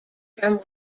from